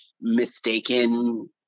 mistaken